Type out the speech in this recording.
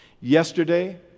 Yesterday